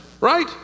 right